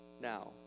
now